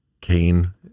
Cain